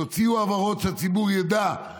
תוציאו הבהרות שהציבור ידע,